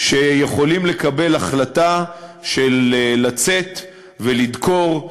שיכולים לקבל החלטה של לצאת ולדקור,